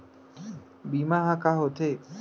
बीमा ह का होथे?